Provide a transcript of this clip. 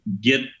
get